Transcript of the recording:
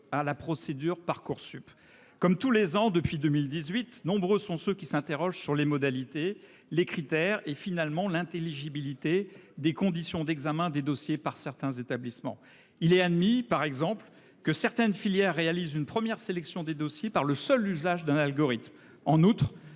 à la procédure Parcoursup comme tous les ans depuis 2018. Nombreux sont ceux qui s'interrogent sur les modalités, les critères et finalement l'intelligibilité des conditions d'examen des dossiers par certains établissements, il est admis par exemple que certaines filières réalise une première sélection des dossiers par le seul l'usage d'un algorithme. En outre,